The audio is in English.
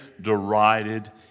derided